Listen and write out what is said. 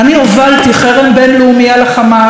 אני הובלתי חרם בין-לאומי על החמאס,